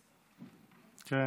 כן.